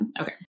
Okay